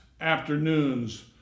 afternoons